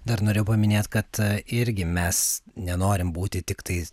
dar norėjau paminėt kad irgi mes nenorim būti tiktai